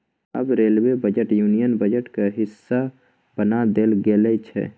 आब railway budget union बजटक हिस्सा बना देल गेल छै